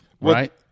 Right